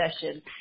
session